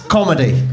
Comedy